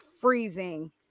freezing